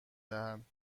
دهند